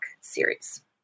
series